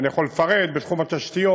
ואני יכול לפרט: בתחום התשתיות,